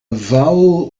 vowel